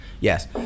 yes